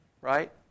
right